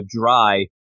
dry